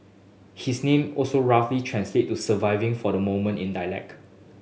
his name also roughly translate to surviving for the moment in dialect